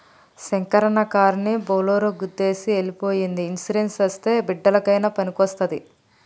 శంకరన్న కారుని బోలోరో గుద్దేసి ఎల్లి పోయ్యింది ఇన్సూరెన్స్ అస్తే బిడ్డలకయినా పనికొస్తాది